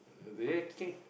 do have you kids